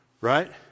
Right